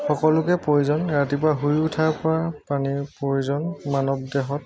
সকলোকে প্ৰয়োজন ৰাতিপুৱা শুই উঠাৰপৰা পানীৰ প্ৰয়োজন মানৱ দেহত